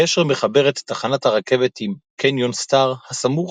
הגשר מחבר את תחנת הרכבת עם "קניון סטאר" הסמוך,